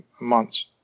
months